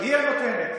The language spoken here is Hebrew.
הינה, היא הנותנת.